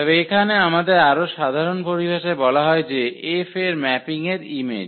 তবে এখানে আমাদের আরও সাধারণ পরিভাষায় বলা হয় যে F এর ম্যাপিং এর ইমেজ